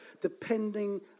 depending